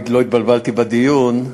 אם לא התבלבלתי בדיון,